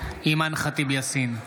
אימאן ח'טיב יאסין,